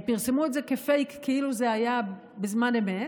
פרסמו את זה כפייק, כאילו זה היה בזמן אמת.